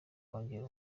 kongera